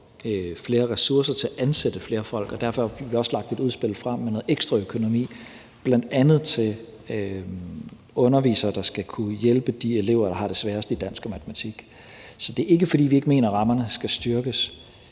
flere ressourcer til at ansætte flere folk, og derfor har vi også lagt et udspil frem med noget ekstra økonomi til bl.a. undervisere, der skal kunne hjælpe de elever, der har det sværest i dansk og matematik. Så det er ikke, fordi vi ikke mener, at rammerne skal styrkes.